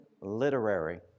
Literary